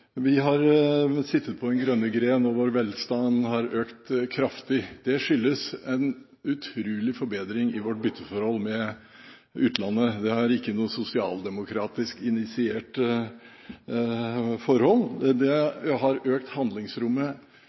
Vi har sittet på den grønne gren, og vår velstand har økt kraftig. Det skyldes en utrolig forbedring i vårt bytteforhold med utlandet – det er ikke noe sosialdemokratisk initiert forhold. Det har økt handlingsrommet